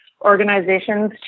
organizations